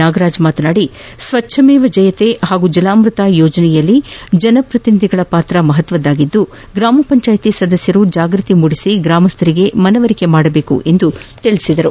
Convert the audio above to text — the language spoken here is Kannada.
ನಾಗರಾಜ್ ಮಾತನಾಡಿ ಸ್ವಚ್ಛ ಮೇವ ಜಯಕೆ ಪಾಗೂ ಜಲಾಮೃತ ಯೋಜನೆಯಲ್ಲಿ ಜನಪ್ರತಿನಿಧಿಗಳ ಪಾತ್ರ ಮಹತ್ವದ್ದಾಗಿದ್ದು ಗ್ರಾಮ ಪಂಜಾಯಿತಿ ಸದಸ್ತರು ಜಾಗೃತಿ ಮೂಡಿಸಿ ಗ್ರಾಮಸ್ಥರಿಗೆ ಮನವರಿಕೆ ಮಾಡಬೇಕು ಎಂದರು